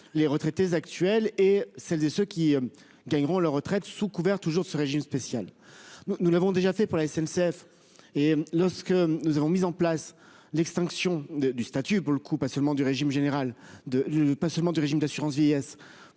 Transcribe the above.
les retraités actuels et celles et ceux qui gagneront leur retraite sous couvert, toujours, de ce régime. Nous l'avons déjà fait pour la SNCF, lorsque nous avons mis en place l'extinction du statut- et pas seulement, pour le coup, du régime d'assurance vieillesse.